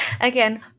Again